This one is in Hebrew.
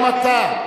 גם אתה,